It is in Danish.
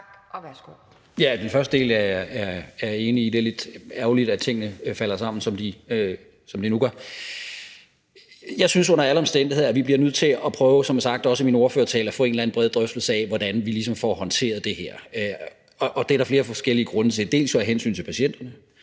(V): Den første del er jeg enig i. Det er lidt ærgerligt, at tingene falder sammen, som de nu gør. Jeg synes under alle omstændigheder, at vi bliver nødt til at prøve, som jeg sagde i min ordførertale, at få en eller anden bred drøftelse af, hvordan vi ligesom får håndteret det her. Det er der flere forskellige grunde til. Dels er der hensynet til patienterne,